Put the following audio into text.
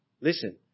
Listen